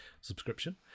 subscription